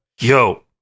Yo